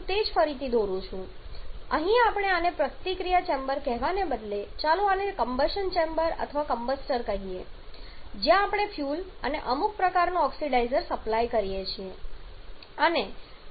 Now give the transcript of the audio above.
તેથી અહીં આપણે આને પ્રતિક્રિયા ચેમ્બર કહેવાને બદલે ચાલો આને કમ્બશન ચેમ્બર અથવા કમ્બસ્ટર કહીએ જ્યાં આપણે ફ્યુઅલ અને અમુક પ્રકારનું ઓક્સિડાઇઝર સપ્લાય કરીએ છીએ અને આપણને કમ્બશન પ્રોડક્ટ્સ મળી રહે છે